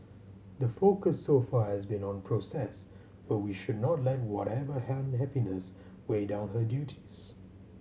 the focus so far has been on process but we should not let whatever unhappiness weigh down her duties